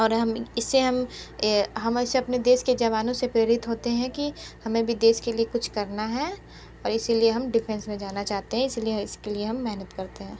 और हम इसे हम हमेशा अपने देश के जवानों से प्रेरित होते हैं कि हमें भी देश के लिए कुछ करना है और इसलिए हम डिफेंस में जाना चाहते हैं इसलिए हम इसके लिए मेहनत करते हैं